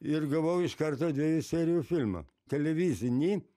ir gavau iš karto dviejų serijų filmą televizinį